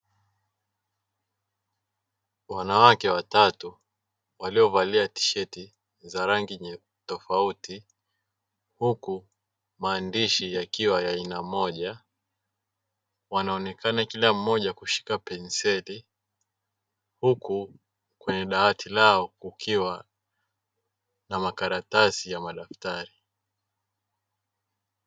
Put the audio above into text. Wanawake watatu waliovalia tisheti za rangi tofauti huku maandishi yakiwa ya aina moja, wanaonekana kila mmoja kushika penseli huku kwenye dawati lao kukiwa na makaratasi ya madaftari.